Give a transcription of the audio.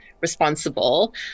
responsible